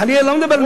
אני חלילה לא מדבר,